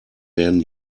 werden